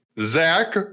Zach